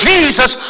Jesus